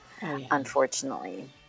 unfortunately